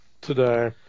today